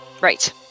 Right